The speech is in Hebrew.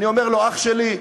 אני אומר לו: אח שלי,